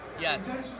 yes